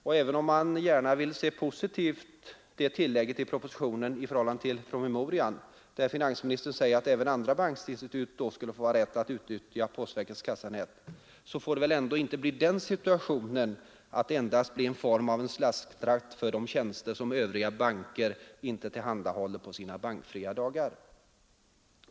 Och även om man gärna ville se det som ett positivt tillägg i propositionen i förhållande till promemorian, när finansministern säger att även andra bankinstitut då skulle få rätt att utnyttja postverkets kassanät, så får posten inte endast bli en form av slasktratt för de tjänster som Övriga banker icke tillhandahåller på sina bankfria dagar.